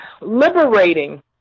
liberating